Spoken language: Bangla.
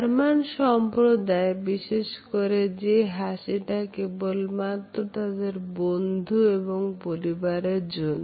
জার্মান সম্প্রদায় বিশেষ করে যে হাসিটা কেবলমাত্র তাদের বন্ধু এবং পরিবারের জন্য